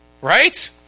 right